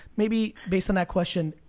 maybe, based on that question,